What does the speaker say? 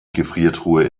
gefriertruhe